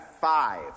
five